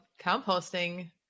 composting